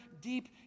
deep